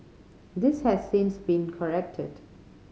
this has since been corrected